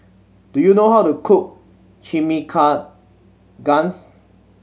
do you know how to cook Chimichangas